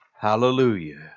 Hallelujah